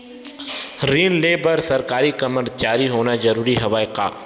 ऋण ले बर सरकारी कर्मचारी होना जरूरी हवय का?